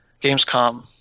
Gamescom